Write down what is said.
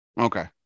Okay